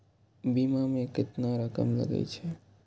बीमा में केतना रकम लगे छै?